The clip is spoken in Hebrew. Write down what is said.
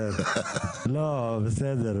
לא, בסדר.